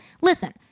Listen